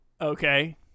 Okay